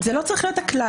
זה לא צריך להיות הכלל.